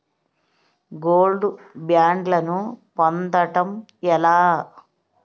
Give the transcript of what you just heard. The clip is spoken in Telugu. గోల్డ్ బ్యాండ్లను పొందటం ఎలా?